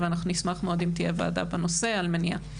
ואנחנו נשמח מאוד אם תהיה ועדה בנושא מניעה.